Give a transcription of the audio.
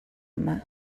yma